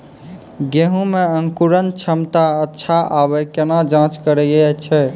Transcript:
गेहूँ मे अंकुरन क्षमता अच्छा आबे केना जाँच करैय छै?